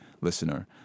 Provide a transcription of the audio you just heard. listener